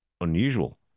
unusual